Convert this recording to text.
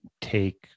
take